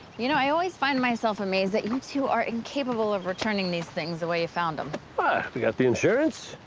you know, i always find myself amazed that you two are incapable of returning these things the way you found them ah we got the insurance.